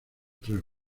tres